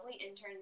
interns